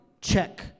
check